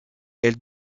elle